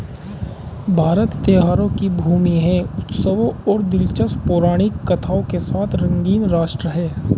भारत त्योहारों की भूमि है, उत्सवों और दिलचस्प पौराणिक कथाओं के साथ रंगीन राष्ट्र है